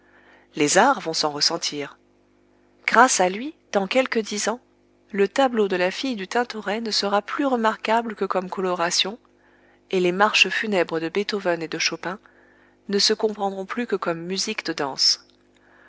les arts vont s'en ressentir grâce à lui dans quelque dix ans le tableau de la fille du tintoret ne sera plus remarquable que comme coloration et les marches funèbres de beethoven et de chopin ne se comprendront plus que comme musique de danse